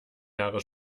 jahre